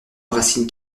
racines